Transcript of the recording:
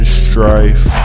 strife